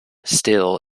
still